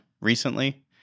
recently